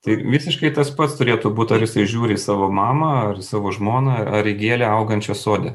tai visiškai tas pats turėtų būt ar jisai žiūri į savo mamą ar į savo žmoną ar į gėlę augančią sode